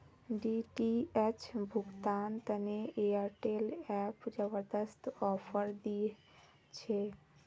DTH भुगतान तने Airtel app जबरदस्त ऑफर दी छे